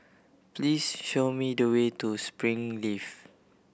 please show me the way to Springleaf